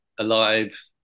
alive